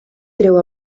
treu